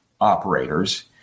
operators